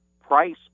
price